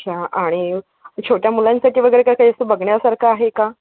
अच्छा आणि छोट्या मुलांसाठी वगैरे काय काही असं बघण्यासारखं आहे का